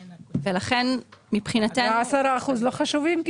לכן, מבחינתנו --- וה-10% לא חשובים?